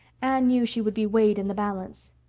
anne knew she would be weighed in the balance.